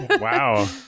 Wow